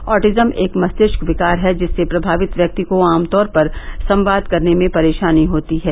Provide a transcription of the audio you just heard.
autism एक मस्तिष्क विकार हैं जिससे प्रभावित व्यक्ति को आमतौर पर संवाद करने में परेशानी होती है